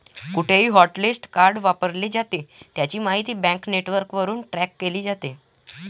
कुठेही hotlist card वापरले जाते, त्याची माहिती बँक नेटवर्कवरून ट्रॅक केली जाते